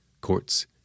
courts